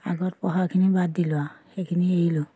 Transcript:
আগত পোহাখিনি বাদ দিলোঁ আৰু সেইখিনি এৰিলোঁ